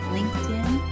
LinkedIn